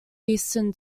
eastern